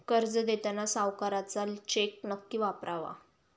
कर्ज देताना सावकाराचा चेक नक्की वापरावा